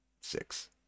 six